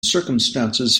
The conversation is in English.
circumstances